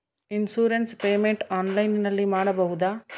Insurance payment ಆನ್ಲೈನಿನಲ್ಲಿ ಮಾಡಬಹುದಾ?